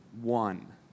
one